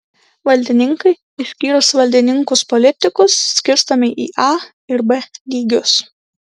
valdininkai išskyrus valdininkus politikus skirstomi į a ir b lygius